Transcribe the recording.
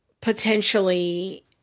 potentially